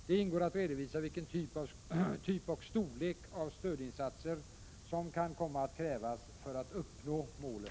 Det ingår att redovisa vilken typ och storlek av stödinsatser som kan komma att krävas för att uppnå målen.